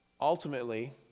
Ultimately